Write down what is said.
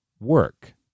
work